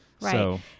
right